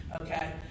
okay